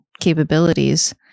Capabilities